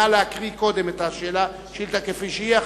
נא לקרוא קודם את השאילתא כפי שהיא.